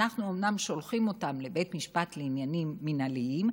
אנחנו אומנם שולחים אותם לבית משפט לעניינים מינהליים,